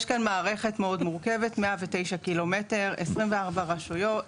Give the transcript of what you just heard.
ויש כאן מערכת מאוד מורכבת 109 ק"מ 24 רשויות,